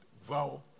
vow